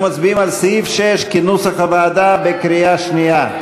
כנוסח הוועדה, בקריאה שנייה.